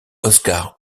oskar